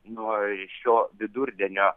nuo šio vidurdienio